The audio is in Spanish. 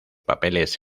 papeles